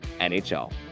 NHL